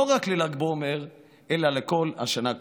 לא רק לל"ג בעומר אלא לכל השנה כולה.